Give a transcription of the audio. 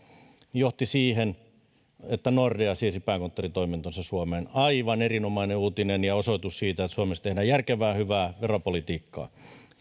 johti siihen että nordea siirsi pääkonttoritoimintonsa suomeen aivan erinomainen uutinen ja osoitus siitä että suomessa tehdään järkevää hyvää veropolitiikkaa